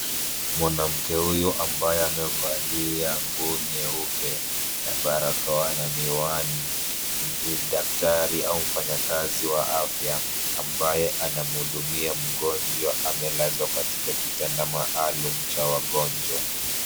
Mwanamke huyu ambaye amevalia nguo nyeupe na barakoa na miwani ni daktari au mfanyakazi wa afya , ambaye anamhudumia mgonjwa amelazwa katika kitanda maalum cha wagonjwa.